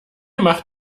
macht